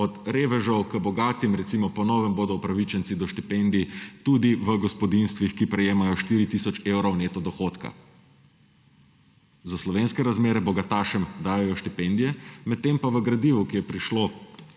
od revežev k bogatim, recimo, po novem bodo upravičenci do štipendij tudi v gospodinjstvih, ki prejemajo 4 tisoč evrov neto dohodka. Za slovenske razmere bogatašem dajejo štipendije, medtem pa v gradivu, ki je prišlo